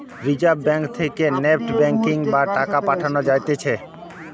reserve Bank থেকে NEFT banking বা টাকা পাঠান যাতিছে